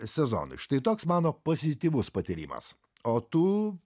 sezonui štai toks mano pozityvus patyrimas o tu